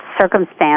circumstance